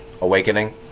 awakening